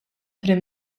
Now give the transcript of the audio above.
prim